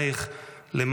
באַרְמְנוֹתָיִךְ.